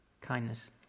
Kindness